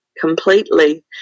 completely